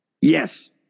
yes